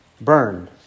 burned